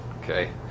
okay